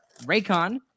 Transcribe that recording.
Raycon